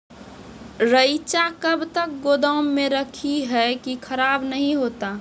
रईचा कब तक गोदाम मे रखी है की खराब नहीं होता?